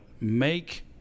make